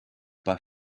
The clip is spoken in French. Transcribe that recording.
pas